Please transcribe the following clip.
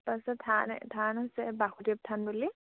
তাৰপিছত থান থান হৈছে বাসুদেৱ থান বুলি